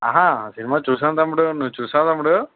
ఆ సినిమా చూసాను తమ్ముడు నువ్వు చూసావా తమ్ముడు